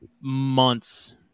months